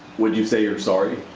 when you say you're sorry.